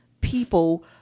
people